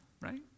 right